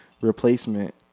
replacement